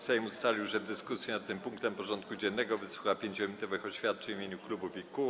Sejm ustalił, że w dyskusji nad tym punktem porządku dziennego wysłucha 5-minutowych oświadczeń w imieniu klubów i kół.